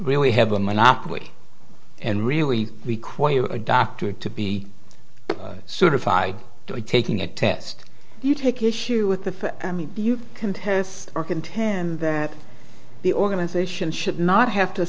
really have a monopoly and really require you a doctor to be sort of fide to taking a test you take issue with the i mean you can test or contend that the organization should not have to